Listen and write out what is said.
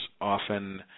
often